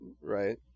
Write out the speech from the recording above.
right